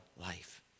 life